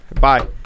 Bye